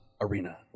arena